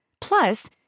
Plus